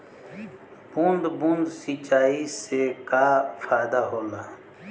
बूंद बूंद सिंचाई से का फायदा होला?